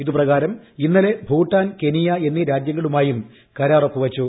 ഇതുപ്രകാരം ഇന്നലെ ഭൂട്ടാൻ കെനിയ എന്നീ രാജ്യങ്ങളുമായും കരാർ ഒപ്പുവച്ചു